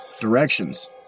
directions